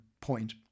point